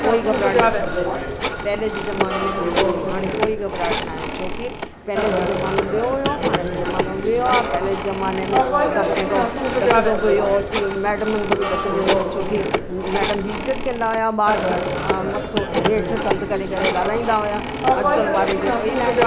कोई घबराहट न थींदी आहे पहले जो ज़माने में थींदी हुई हाणे कोई घबराहट न आहे छोकि पहले जो ज़मानो ॿियो हुयो हाणे जो ज़मानो ॿियो आहे पहले जे ज़माने में सभु कंहिं खां ॾकंदो बि हुओ टी मेडमुनि खां बि ॾकंदो हुओ छोकि मैडम जी इज़त कंदा हुआ ॿार ह मथो हेठि कंधु करे करे ॻाल्हाईंदा हुआ ऐं अॼुकल्ह ॿारनि खे कोई न आहे